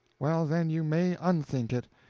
well, then, you may unthink it.